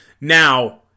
Now